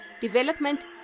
development